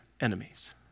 enemies